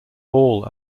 all